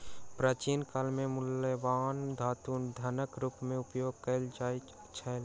प्राचीन काल में मूल्यवान धातु धनक रूप में उपयोग कयल जाइत छल